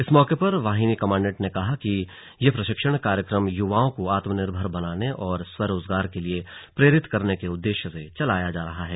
इस मौके पर वाहिनी कमाण्डेन्ट ने कहा कि ये प्रशिक्षण कार्यक्रम युवाओं को ऑत्मनिर्भर बनाने और स्व रोजगार के लिए प्रेरित करने के उददेश्य से चलाया जा रहा है